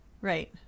Right